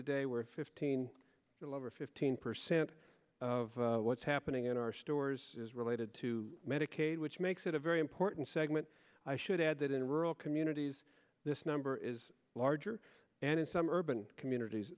today we're fifteen little over fifteen percent of what's happening in our stores is related to medicaid which makes it a very important segment i should add that in rural communities this number is larger and in some urban communities